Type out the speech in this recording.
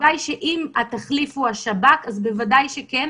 התשובה היא שאם התחליף הוא השב"כ, אז בוודאי שכן.